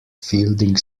fielding